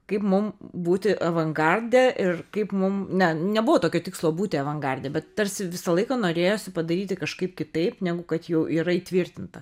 kaip mum būti avangarde ir kaip mum ne nebuvo tokio tikslo būti avangarde bet tarsi visą laiką norėjosi padaryti kažkaip kitaip negu kad jau yra įtvirtinta